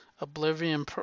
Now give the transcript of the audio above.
oblivion